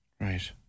Right